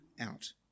out